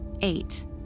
Eight